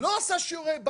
לא עשה שיעורי בית.